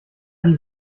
die